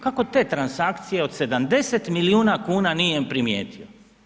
Kako te transakcije od 70 milijuna kuna nije primijetio?